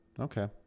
okay